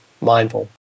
mindful